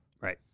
Right